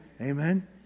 Amen